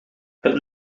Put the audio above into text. het